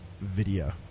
video